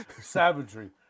savagery